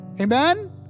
Amen